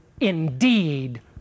indeed